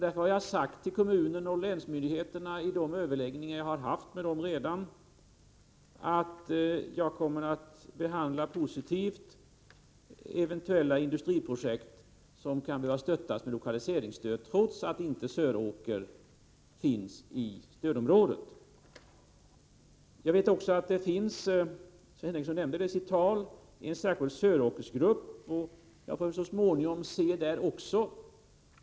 Därför har jag i de överläggningar jag redan haft med kommunen och länsmyndigheterna sagt till dem att jag kommer att se positivt på eventuella industriprojekt som kan behöva stöttas med lokaliseringsstöd, trots att Söråker inte ligger i stödområdet. Jag vet också att det finns en särskild Söråkersgrupp. Sven Henricsson nämnde den i sitt anförande.